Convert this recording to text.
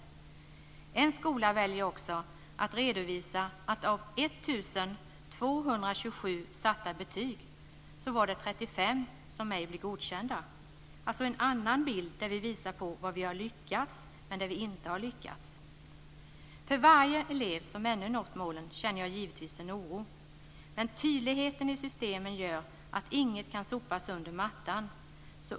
En skola väljer att redovisa att av 1 227 satta betyg var det 35 som ej blev godkända, alltså en annan bild där vi visar på vad vi har lyckats med och där vi inte har lyckats. För varje elev som ännu ej nått målen känner jag givetvis en oro. Men tydligheten i systemet gör att inget kan sopas under mattan.